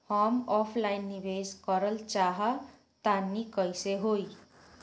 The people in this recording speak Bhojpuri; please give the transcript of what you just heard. हम ऑफलाइन निवेस करलऽ चाह तनि कइसे होई?